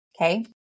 Okay